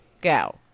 go